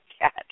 cat